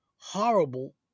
horrible